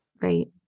Right